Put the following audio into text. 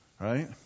right